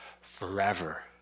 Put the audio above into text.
forever